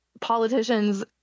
politicians